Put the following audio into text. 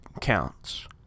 counts